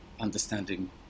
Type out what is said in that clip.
understanding